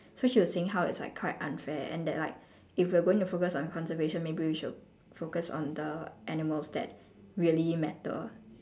so she was saying how it's like quite unfair and that like if we are going to focus on conservation maybe we should focus on the animals that really matter